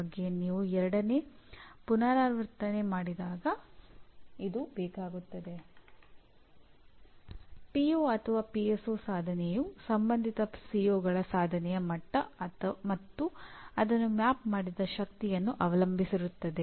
ಈಗ ಈ ಉದ್ಯೋಗದ ಹುಡುಕಾಟವು ಹೆಚ್ಚಿನ ಸಂಖ್ಯೆಯ ಅಂಶಗಳಿಂದ ಪ್ರಭಾವಿತವಾಗಿದೆ